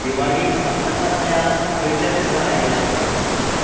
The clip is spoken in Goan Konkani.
दिवाळी सप्तकांतल्या खंयच्या दिसा आयल्या